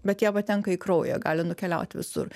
bet jie patenka į kraują gali nukeliaut visur